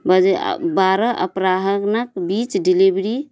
बजे बारह अपराह्नके बीच डिलिवरी